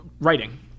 writing